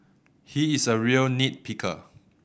he is a real nit picker